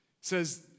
says